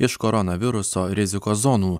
iš koronaviruso rizikos zonų